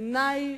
בעיני,